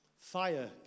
fire